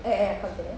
ya ya continue